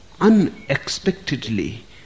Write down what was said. unexpectedly